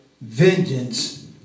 vengeance